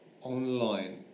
online